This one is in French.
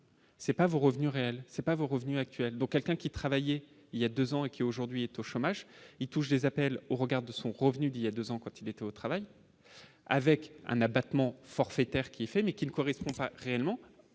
de. C'est pas vos revenus réels, c'est pas vos revenus actuels, donc quelqu'un qui travaille et il y a 2 ans et qui aujourd'hui est au chômage touche des appels au regard de son revenu il y a 2 ans, quand il était au travail avec un abattement forfaitaire qui fait mais qui ne correspond pas réellement